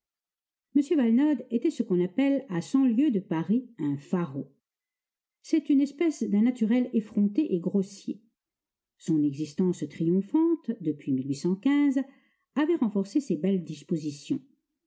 m valenod était ce qu'on appelle à cent lieues de paris un faraud c'est une espèce d'un naturel effronté et grossier son existence triomphante depuis avait renforcé ses belles dispositions